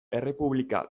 errepublika